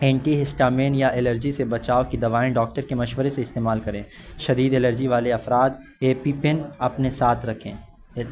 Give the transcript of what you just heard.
anti histamine یا allergy سے بچاؤ کی دوائیں ڈاکٹر کے مشورے سے استعمال کریں شدید الرجی والے افراد اے پی پین اپنے ساتھ رکھیں